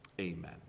Amen